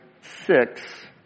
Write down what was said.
six